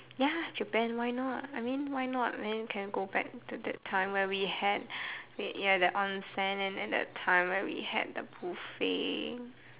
ya Japan why not I mean why not man can go back to the time when we had ya the onsen and then the time when he had the buffet